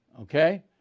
okay